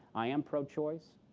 i am pro-choice,